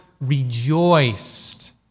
rejoiced